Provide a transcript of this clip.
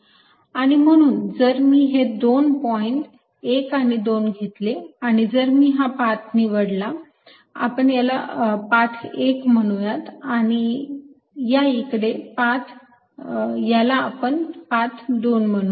आणि म्हणून जर मी हे दोन पॉईंट 1 आणि 2 घेतले आणि जर मी हा पाथ निवडला आपण याला पाथ 1 म्हणून आणि या इकडे पाथ याला आपण पाथ 2 म्हणू